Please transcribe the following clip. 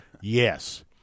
Yes